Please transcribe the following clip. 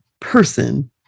person